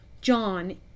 John